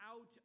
out